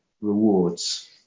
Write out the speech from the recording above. rewards